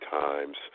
times